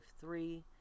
three